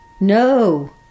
No